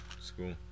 school